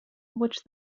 which